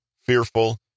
fearful